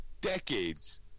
decades